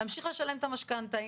להמשיך לשלם את המשכנתה.